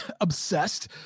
obsessed